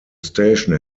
station